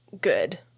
good